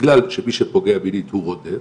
בגלל שמי שפוגע מינית הוא 'רודף',